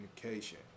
communication